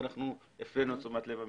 ואנחנו הפנינו את תשומת לב המשרד.